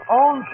own